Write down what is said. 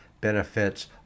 benefits